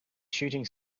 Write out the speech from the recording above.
shooting